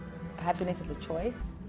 happiness is a choice